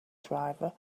driver